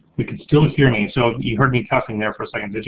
we can still hear me. so you heard me cussing there for a second, did you?